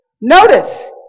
notice